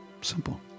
Simple